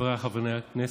חבריי חברי הכנסת,